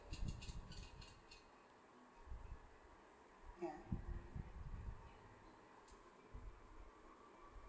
yeah